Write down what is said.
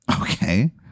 Okay